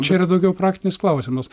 čia yra daugiau praktinis klausimas